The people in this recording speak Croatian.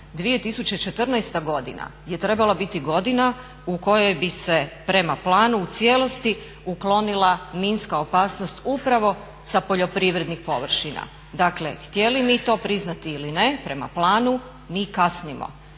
2014.godina je trebala biti godina u kojoj bi se prema planu u cijelosti uklonila minska opasnost upravo sa poljoprivrednih površina. Dakle htjeli mi to priznati ili ne prema planu mi kasnimo,